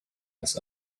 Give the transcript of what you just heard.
has